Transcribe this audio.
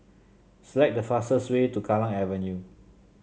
select the fastest way to Kallang Avenue